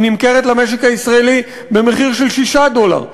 היא נמכרת למשק הישראלי במחיר של 6 דולר.